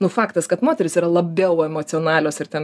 nu faktas kad moterys yra labiau emocionalios ir ten